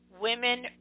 Women